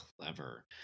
Clever